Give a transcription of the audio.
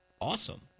Awesome